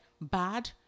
bad